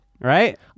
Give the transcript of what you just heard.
right